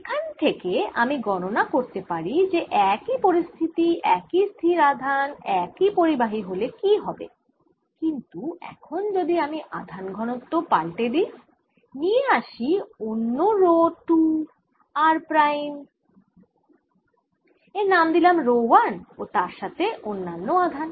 এখানে থেকে আমি গণনা করতে পারি যে একই পরিস্থিতি একই স্থির আধান একই পরিবাহী হলে কি হবে কিন্তু এখন যদি আমি আধান ঘনত্ব পাল্টে দিই নিয়ে আসি অন্য রো 2 r প্রাইম এর নাম দিলাম রো 1 ও তার সাথে অন্যান্য আধান